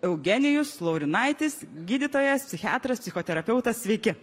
eugenijus laurinaitis gydytojas psichiatras psichoterapeutas sveiki